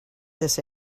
this